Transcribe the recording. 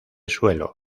suelo